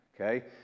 okay